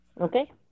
okay